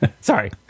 Sorry